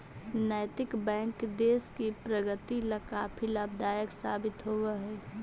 नैतिक बैंक देश की प्रगति ला काफी लाभदायक साबित होवअ हई